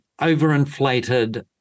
overinflated